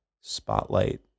spotlight